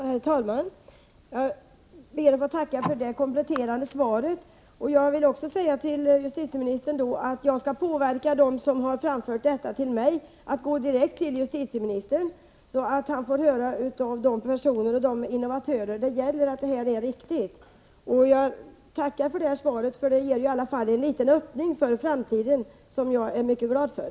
Herr talman! Jag ber att få tacka för det kompletterande svaret. Med anledning av det vill jag säga att jag kommer att anmoda dem som har framfört detta till mig att vända sig direkt till justitieministern, så att han får höra av de personer och de innovatörer det gäller att det förhåller sig så som jag har redovisat. Jag tackar, som sagt, för svaret. Det innebär att det trots allt finns en liten öppning för framtiden som jag är mycket glad för.